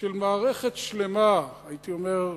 של מערכת שלמה, הייתי אומר,